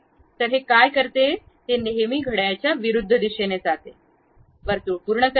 तर हे काय करते ते नेहमी घड्याळाच्या विरुद्ध दिशेने जाते वर्तुळ पूर्ण करा